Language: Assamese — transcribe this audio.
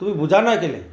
তুমি বুজা নাই কেলৈ